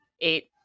Eight